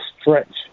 stretch